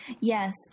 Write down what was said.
Yes